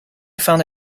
found